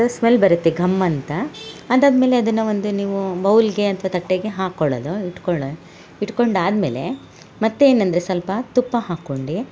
ಅದು ಸ್ಮೆಲ್ ಬರುತ್ತೆ ಘಮ್ ಅಂತ ಅದಾದ ಮೇಲೆ ಅದನ್ನ ಒಂದು ನೀವು ಬೌಲ್ಗೆ ಅಥ್ವ ತಟ್ಟೆಗೆ ಹಾಕೊಳೊದು ಇಟ್ಕೊಳೆ ಇಟ್ಕೊಂಡು ಆದ ಮೇಲೆ ಮತ್ತು ಏನಂದರೆ ಸ್ವಲ್ಪ ತುಪ್ಪ ಹಾಕೊಂಡು